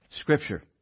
Scripture